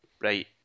Right